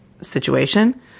situation